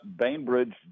Bainbridge